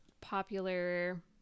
popular